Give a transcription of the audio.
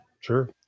sure